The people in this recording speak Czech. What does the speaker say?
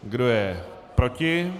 Kdo je proti?